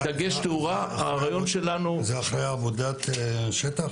זה אחרי עבודת שטח?